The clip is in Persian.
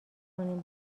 کنیم